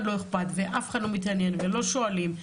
לא אכפת ואף אחד לא מתעניין ולא שואלים,